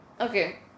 Okay